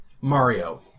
Mario